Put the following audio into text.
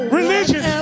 religion